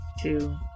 two